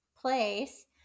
place